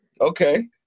Okay